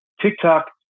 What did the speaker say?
TikTok